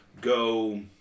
go